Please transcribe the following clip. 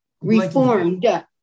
Reformed